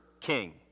king